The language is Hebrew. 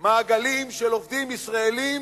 מעגלים של עובדים ישראלים,